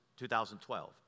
2012